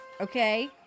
Okay